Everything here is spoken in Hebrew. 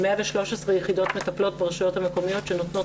113 יחידות מטפלות ברשויות המקומיות שנותנות